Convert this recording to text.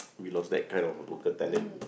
we lost that kind of local talent